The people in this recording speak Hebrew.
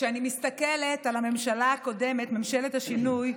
כשאני מסתכלת על הממשלה הקודמת, ממשלת השינוי,